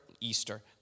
Easter